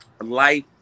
life